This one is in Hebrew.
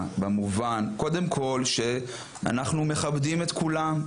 קודם כול במובן שאנחנו מכבדים את כולם.